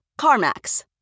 CarMax